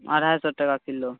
अढ़ाइ सए टका किलो